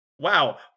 Wow